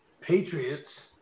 Patriots